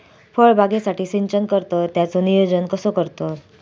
फळबागेसाठी सिंचन करतत त्याचो नियोजन कसो करतत?